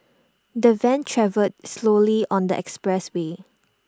the van travelled slowly on the expressway